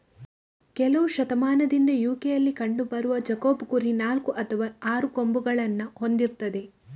ಕೆಲವು ಶತಮಾನದಿಂದ ಯು.ಕೆಯಲ್ಲಿ ಕಂಡು ಬರುವ ಜಾಕೋಬ್ ಕುರಿ ನಾಲ್ಕು ಅಥವಾ ಆರು ಕೊಂಬುಗಳನ್ನ ಹೊಂದಿರ್ತದೆ